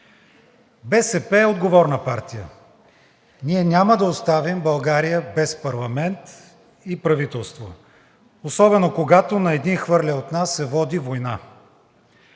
БСП е отговорна партия – ние няма да оставим България без парламент и правителство, особено когато на един хвърлей от нас се води война.